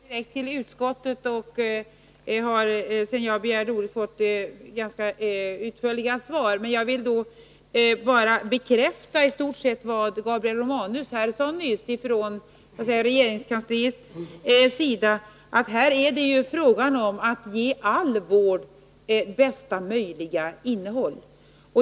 Fru talman! Lena Öhrsvik ställde frågor direkt till utskottet och har sedan jag begärde ordet fått ganska utförliga svar. Jag vill bara från regeringskansliets sida i stort sett bekräfta vad Gabriel Romanus sade nyss, att det här är fråga om att ge all vård bästa möjliga innehåll.